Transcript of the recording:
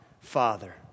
Father